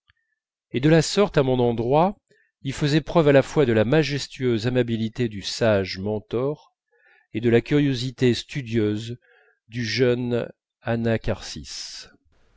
et de la sorte il faisait preuve à la fois à mon endroit de la majestueuse amabilité du sage mentor et de la curiosité studieuse du jeune anacharsis